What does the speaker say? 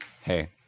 Hey